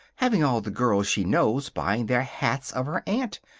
having all the girls she knows buying their hats of her aunt.